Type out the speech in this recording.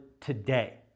today